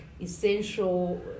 essential